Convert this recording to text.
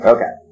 Okay